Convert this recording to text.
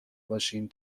باشیم